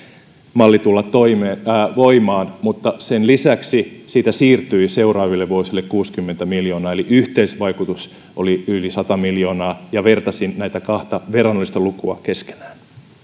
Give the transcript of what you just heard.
mallin tulla voimaan mutta sen lisäksi siitä siirtyi seuraaville vuosille kuusikymmentä miljoonaa eli yhteisvaikutus oli yli sata miljoonaa ja vertasin näitä kahta verrannollista lukua keskenään